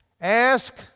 Ask